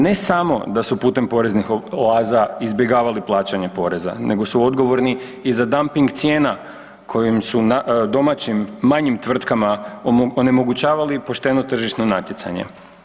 Ne samo da su putem poreznih oaza izbjegavali plaćanje poreza, nego su odgovorni i za damping cijena kojim su domaćim manjim tvrtkama onemogućavali pošteno tržišno natjecanje.